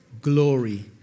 glory